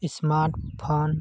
smart phone